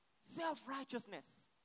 Self-righteousness